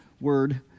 word